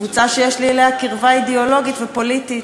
קבוצה שיש לי אליה קרבה אידיאולוגית ופוליטית.